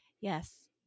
yes